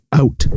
out